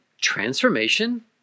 transformation